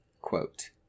Quote